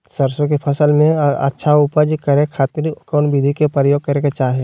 सरसों के फसल में अच्छा उपज करे खातिर कौन विधि के प्रयोग करे के चाही?